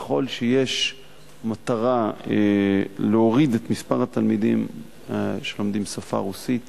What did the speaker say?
ככל שיש מטרה להוריד את מספר התלמידים שלומדים את השפה הרוסית,